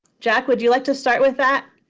jack, would you like to start with that?